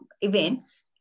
events